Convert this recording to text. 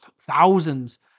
thousands